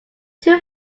two